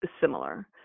similar